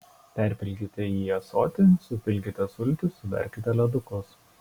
perpilkite į ąsotį supilkite sultis suberkite ledukus